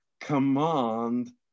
command